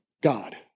god